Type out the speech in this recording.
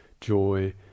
joy